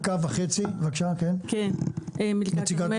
מילכה, נציגת